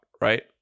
right